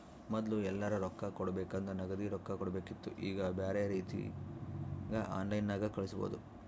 ಮೊದ್ಲು ಎಲ್ಯರಾ ರೊಕ್ಕ ಕೊಡಬೇಕಂದ್ರ ನಗದಿ ರೊಕ್ಕ ಕೊಡಬೇಕಿತ್ತು ಈವಾಗ ಬ್ಯೆರೆ ರೀತಿಗ ಆನ್ಲೈನ್ಯಾಗ ಕಳಿಸ್ಪೊದು